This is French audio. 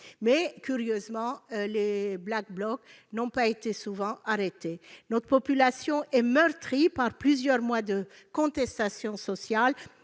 mais, curieusement, les Black Blocs n'ont pas souvent été arrêtés ... Notre population est meurtrie par plusieurs mois de contestation sociale.